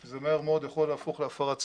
זה מהר מאוד יכול להפוך להפרת סדר,